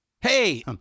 Hey